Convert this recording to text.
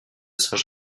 saint